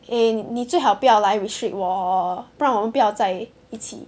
你你最好不要来 restrict 我 hor 不然我们不要在一起